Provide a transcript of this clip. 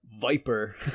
Viper